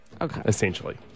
essentially